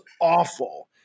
awful